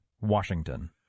Washington